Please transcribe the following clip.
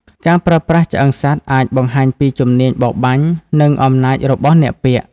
ការប្រើប្រាស់ឆ្អឹងសត្វអាចបង្ហាញពីជំនាញបរបាញ់ និងអំណាចរបស់អ្នកពាក់។